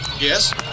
Yes